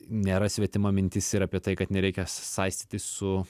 nėra svetima mintis ir apie tai kad nereikia saistytis su